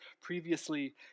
previously